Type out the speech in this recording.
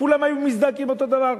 כולם היו מזדעקים אותו הדבר?